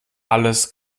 alles